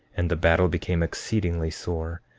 and the battle became exceedingly sore,